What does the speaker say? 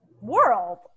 world